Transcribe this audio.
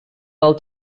del